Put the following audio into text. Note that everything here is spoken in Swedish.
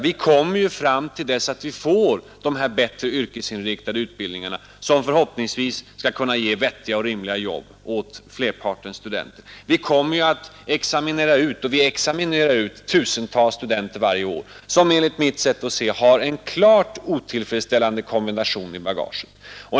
Vi kommer ju fram till dess att vi får de bättre yrkesinriktade utbildningarna, som förhoppningsvis skall kunna ge vettiga och rimliga jobb åt merparten studenter, att examinera ut tusentals studenter varje år, som enligt mitt sätt att se har en klart otillfredsställande kombination i bagaget.